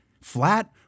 flat